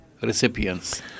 recipients